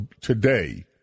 today